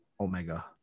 Omega